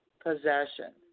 possession